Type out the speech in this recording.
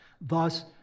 Thus